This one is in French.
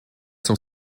sont